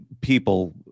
people